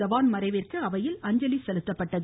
தவான் மறைவிற்கு அவையில் அஞ்சலி செலுத்தப்பட்டது